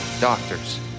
doctors